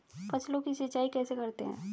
फसलों की सिंचाई कैसे करते हैं?